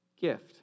gift